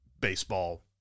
baseball